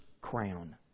crown